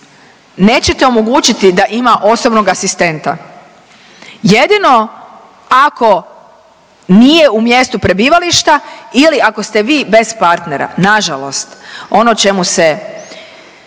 nećete omogućiti da ima osobnog asistenta, jedino ako nije u mjestu prebivališta ili ako ste vi bez partnera. Nažalost, ono o čemu se